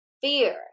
Fear